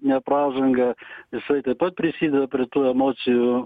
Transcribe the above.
ne pražangą jisai taip pat prisideda prie tų emocijų